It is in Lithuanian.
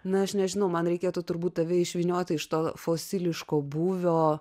na aš nežinau man reikėtų turbūt tave išvynioti iš to fosiliško būvio